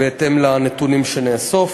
בהתאם לנתונים שנאסוף.